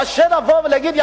קשה לבוא ולהגיד,